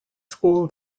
school